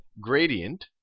gradient